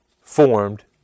formed